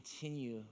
continue